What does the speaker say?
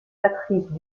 patrice